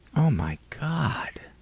oh my god.